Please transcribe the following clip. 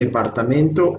departamento